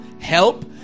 help